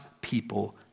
people